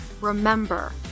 remember